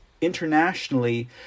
internationally